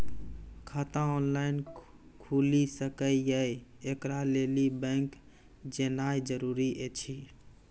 खाता ऑनलाइन खूलि सकै यै? एकरा लेल बैंक जेनाय जरूरी एछि?